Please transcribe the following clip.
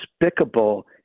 despicable